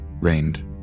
rained